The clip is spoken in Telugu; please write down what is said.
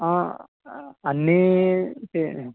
అన్ని చేయ్